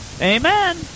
Amen